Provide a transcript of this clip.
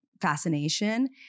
fascination